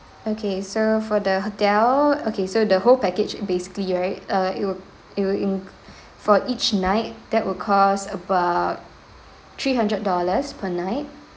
okay so for the hotel okay so the whole package basically right uh it'll it'll inc~ for each night that will cost about three hundred dollars per night